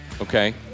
Okay